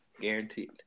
Guaranteed